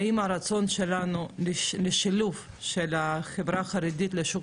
האם הרצון שלנו לשילוב של החברה החרדית בשוק